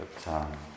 time